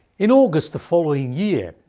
in august the following year,